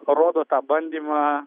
rodo tą bandymą